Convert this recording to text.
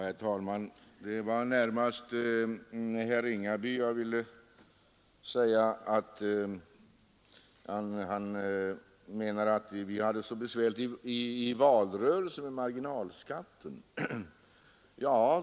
Herr talman! Jag vill i första hand beröra det som herr Ringaby sade, nämligen att vi hade det besvärligt med marginalskatten i valrörelsen.